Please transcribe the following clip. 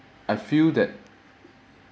I feel that